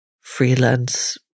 freelance